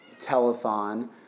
telethon